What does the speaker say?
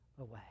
away